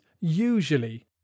usually